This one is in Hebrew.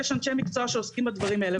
יש אנשי מקצוע שעוסקים בדברים האלה.